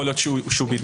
יכול להיות שהוא בהתנהגות.